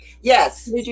Yes